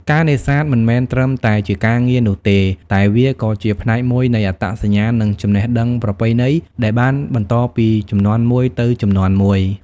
ការនេសាទមិនមែនត្រឹមតែជាការងារនោះទេ តែវាក៏ជាផ្នែកមួយនៃអត្តសញ្ញាណ និងចំណេះដឹងប្រពៃណីដែលបានបន្តពីជំនាន់មួយទៅជំនាន់មួយ។